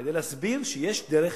כדי להסביר שיש דרך